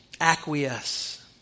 acquiesce